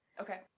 Okay